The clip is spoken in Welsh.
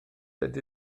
ydy